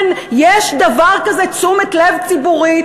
כן, יש דבר כזה תשומת לב ציבורית,